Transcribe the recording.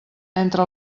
entre